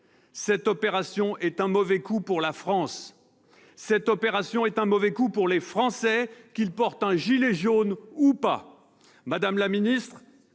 Cette opération est un mauvais coup pour la France. Cette opération est un mauvais coup pour les Français, qu'ils portent un gilet jaune ou pas ! Madame la secrétaire